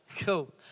cool